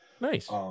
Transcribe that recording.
Nice